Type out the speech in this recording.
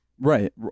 Right